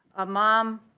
a mom